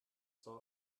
saw